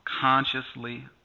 consciously